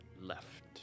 left